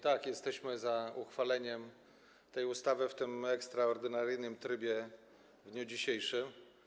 Tak, jesteśmy za uchwaleniem tej ustawy w tym ekstraordynaryjnym trybie w dniu dzisiejszym.